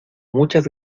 muchas